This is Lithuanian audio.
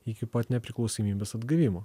iki pat nepriklausomybės atgavimo